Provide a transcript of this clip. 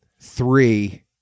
three